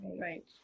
Right